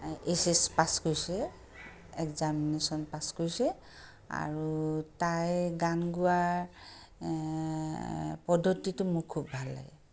এই H S pass কৰিছে examination pass কৰিছে আৰু তাই গান গোৱা পদ্ধতিটো মোৰ খুব ভাল লাগে